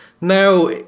Now